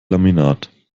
laminat